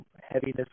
heaviness